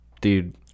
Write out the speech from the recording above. Dude